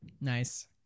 Nice